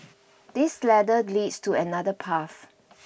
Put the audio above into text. this ladder leads to another path